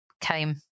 came